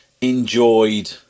enjoyed